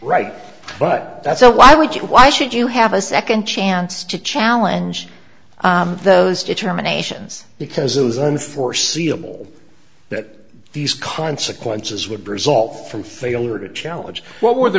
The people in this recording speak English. right but that's so why would you why should you have a second chance to challenge those determinations because those unforeseeable that these consequences would be result from failure to challenge what were the